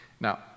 Now